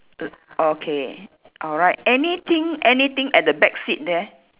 m~ okay alright anything anything at the back seat there